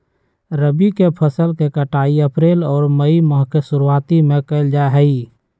रबी के फसल के कटाई अप्रैल और मई माह के शुरुआत में कइल जा हई